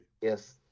yes